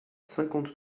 cinquante